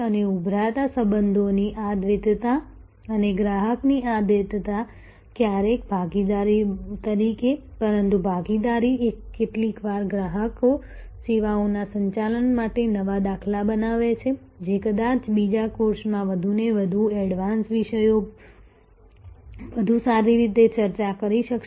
અને ઉભરતા સંબંધોની આ દ્વૈતતા અને ગ્રાહકની આ દ્વૈતતા ક્યારેક ભાગીદારી તરીકે પરંતુ ભાગીદારી કેટલીકવાર ગ્રાહકો સેવાઓના સંચાલન માટે નવા દાખલા બનાવે છે જે કદાચ બીજા કોર્સમાં વધુ એક વધુ એડવાન્સ વિષયો વધુ સારી રીતે ચર્ચા કરી શકશે